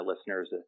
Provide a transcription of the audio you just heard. listeners